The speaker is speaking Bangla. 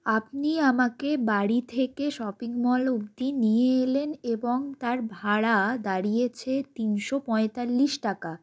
আপনি আমাকে বাড়ি থেকে শপিং মল অব্দি নিয়ে এলেন এবং তার ভাড়া দাঁড়িয়েছে তিনশো পঁয়তাল্লিশ টাকা